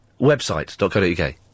website.co.uk